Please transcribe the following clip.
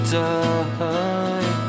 die